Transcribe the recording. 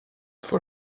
for